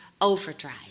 overdrive